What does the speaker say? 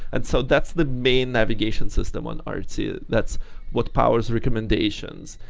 and so that's the main navigation system on artsy. that's what powers recommendations.